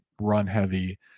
run-heavy